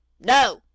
No